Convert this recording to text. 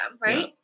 right